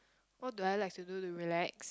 what do I like to do to relax